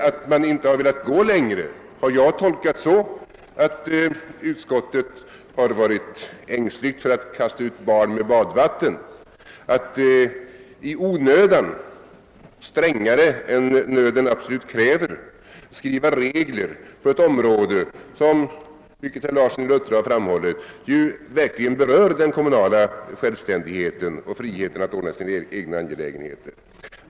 Att utskottet inte har velat gå längre har jag tolkat så att utskottet varit ängsligt för att kasta ut barnet med badvattnet, att strängare än nöden kräver skriva regler på ett område som, vilket herr Larsson i Luttra har framhållit, verkligen berör den kommunala självständigheten och friheten för kommunerna att ordna sina egna angelägenheter.